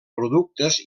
productes